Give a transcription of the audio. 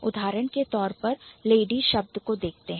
उदाहरण के तौर पर Lady लेडी शब्द को देखते हैं